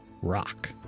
rock